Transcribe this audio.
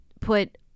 put